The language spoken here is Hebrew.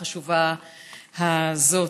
שאתה הוא שמנהל את הישיבה החשובה הזאת.